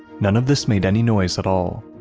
none of this made any noise at all.